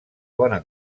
bona